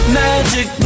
magic